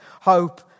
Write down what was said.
hope